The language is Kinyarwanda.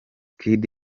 kid